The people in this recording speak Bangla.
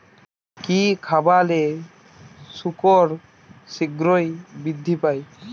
কি খাবালে শুকর শিঘ্রই বৃদ্ধি পায়?